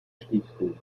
stiftung